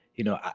you know,